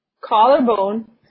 Collarbone